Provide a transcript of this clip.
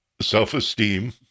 self-esteem